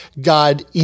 God